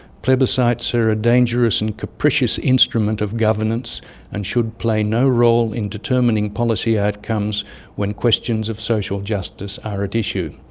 plebiscites are a dangerous and capricious capricious instrument of governance and should play no role in determining policy outcomes when questions of social justice are at issue.